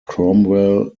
cromwell